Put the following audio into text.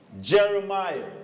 Jeremiah